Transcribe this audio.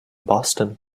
boston